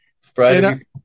Friday